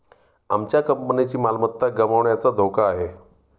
आमच्या कंपनीची मालमत्ता गमावण्याचा धोका आहे